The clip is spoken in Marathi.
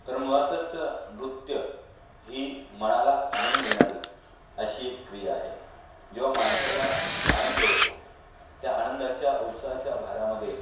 तर मुळातच नृत्य ही मनाला आनंद देणारी अशी एक क्रिया आहे जेव्हा माणसाला आनंद होतो त्या आनंदाच्या उत्साहाच्या भरामध्ये